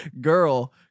girl